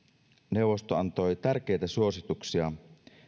neuvosto antoi tärkeitä suosituksia